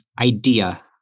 idea